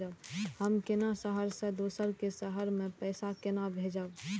हम केना शहर से दोसर के शहर मैं पैसा केना भेजव?